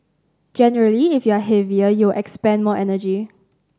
generally if you're heavier you'll expend more energy